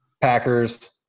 Packers